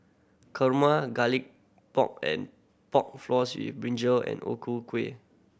kurma Garlic Pork and Pork Floss with brinjal and O Ku Kueh